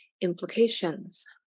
implications